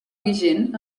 vigent